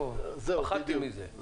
פחדתי מזה.